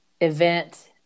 event